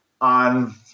on